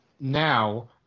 Now